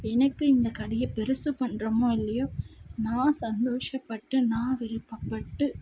எனக்கு இந்த கடையை பெருசு பண்ணுறோமோ இல்லையோ நான் சந்தோஷப்பட்டு நான் விருப்பப்பட்டு